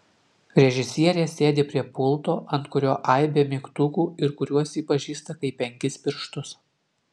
režisierė sėdi prie pulto ant kurio aibė mygtukų ir kuriuos ji pažįsta kaip penkis pirštus